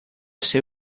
ser